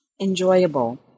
enjoyable